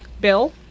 Bill